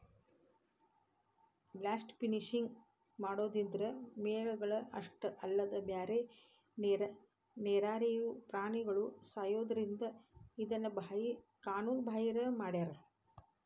blast fishing ಮಾಡೋದ್ರಿಂದ ಮೇನಗಳ ಅಷ್ಟ ಅಲ್ಲದ ಬ್ಯಾರೆ ನೇರಾಗಿರೋ ಪ್ರಾಣಿಗಳು ಸಾಯೋದ್ರಿಂದ ಇದನ್ನ ಕಾನೂನು ಬಾಹಿರ ಮಾಡ್ಯಾರ